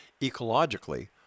ecologically